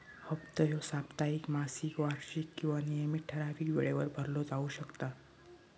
हप्तो ह्यो साप्ताहिक, मासिक, वार्षिक किंवा नियमित ठरावीक वेळेवर भरलो जाउ शकता